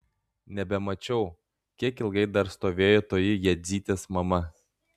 nebemačiau kiek ilgai dar stovėjo toji jadzytės mama